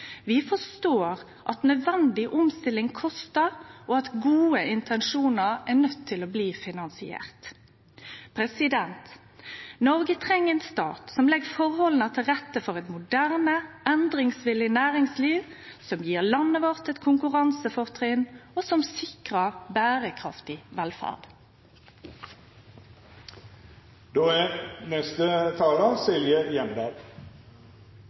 Vi forstår at nødvendig omstilling kostar, og at gode intensjonar også må finansierast. Noreg treng ein stat som legg forholda til rette for eit moderne, endringsvillig næringsliv, som gir landet vårt eit konkurransefortrinn, og som sikrar berekraftig velferd. Jeg er